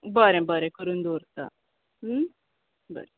बरें बरें करून दोरता बरें